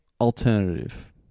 alternative